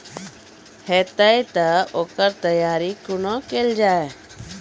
हेतै तअ ओकर तैयारी कुना केल जाय?